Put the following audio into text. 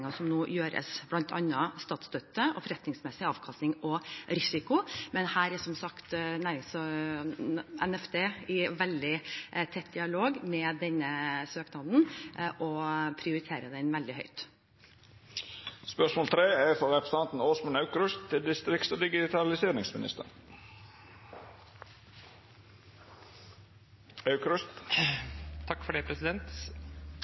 som nå gjøres, bl.a. om statsstøtte og forretningsmessig avkastning og risiko. Men her er som sagt NFD i veldig tett dialog om denne søknaden og prioriterer den veldig høyt. «Distrikts- og digitaliseringsministeren sier til Aftenposten 28. april 2020 at Norge bør ta mindre hensyn til miljøet, og